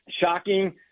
shocking